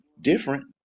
different